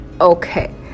okay